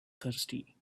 thirsty